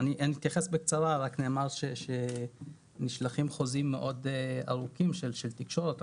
נאמר שנשלחים חוזים מאוד ארוכים של תקשורת.